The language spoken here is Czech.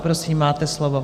Prosím, máte slovo.